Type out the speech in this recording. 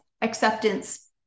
acceptance